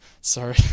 sorry